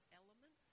element